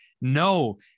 no